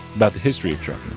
about the history of trucking.